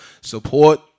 Support